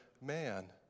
man